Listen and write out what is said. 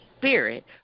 Spirit